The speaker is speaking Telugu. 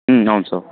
అవును సార్